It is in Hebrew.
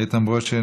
איתן ברושי,